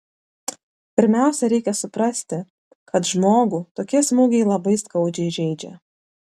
pirmiausia reikia suprasti kad žmogų tokie smūgiai labai skaudžiai žeidžia